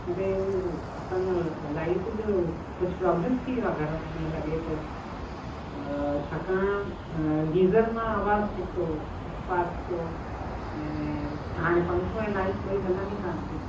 अरे हूं असांजो लाइट जो कुझु प्रोब्लम थी वियो आहे घर में ईअं लॻे थो छाकाणि गीजर मां आवाज़ निकितो स्पार्क थियो ऐं हाणे पंखो ऐं लाइट ॿई हलनि ई कोन्ह थियूं